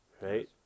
right